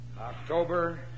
October